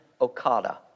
Okada